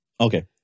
Okay